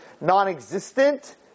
non-existent